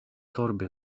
torby